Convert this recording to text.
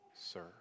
sir